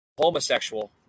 Homosexual